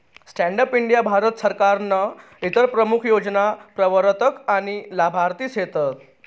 stand up India Bharat सरकारनं इतर प्रमूख योजना प्रवरतक आनी लाभार्थी सेतस